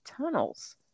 tunnels